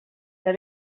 que